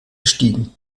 gestiegen